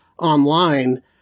online